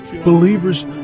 believers